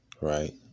right